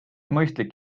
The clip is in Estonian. mõistlik